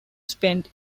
spent